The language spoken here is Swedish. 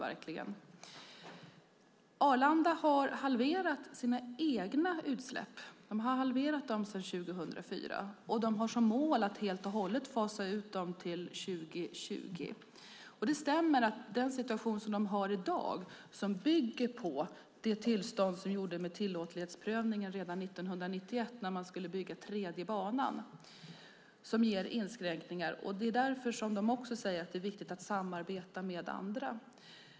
Arlanda har halverat sina egna utsläpp sedan 2004 och de har som mål att helt och hållet fasa ut dem till 2020. Det stämmer att den situation som de har i dag bygger på det tillstånd som gavs med tillåtlighetsprövningen redan 1991 när man skulle bygga den tredje banan och som ger inskränkningar. Det är därför som de också säger att det är viktigt att samarbeta med andra.